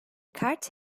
kart